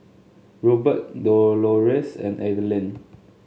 Rupert Dolores and Adelyn